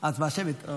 הצבעה שמית.